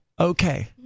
okay